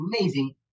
amazing